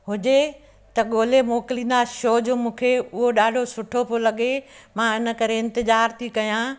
हुजे त ॻोल्हे मोकिलींदासि छोजो मूंखे उहो ॾाढो सुठो पियो लगे मां हिन करे इंतिज़ारु थी कयां